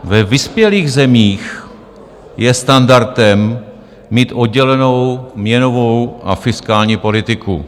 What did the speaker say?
Ve vyspělých zemích je standardem mít oddělenou měnovou a fiskální politiku.